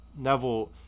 Neville